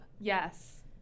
Yes